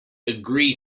agree